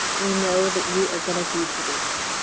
we know that you are gonna be great.